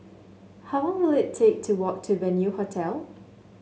how long will it take to walk to Venue Hotel